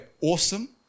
awesome